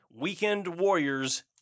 weekendwarriors